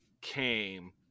came